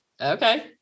Okay